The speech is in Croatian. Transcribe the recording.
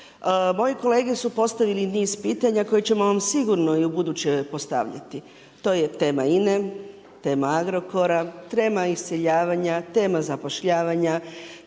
Moje kolege su postavili i niz pitanja koje ćemo vam sigurno i ubuduće postavljati. To je tema INA-e, tema Agrokora, tema iseljavanja, tema zapošljavanja,